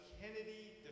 Kennedy